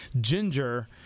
ginger